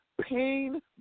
pain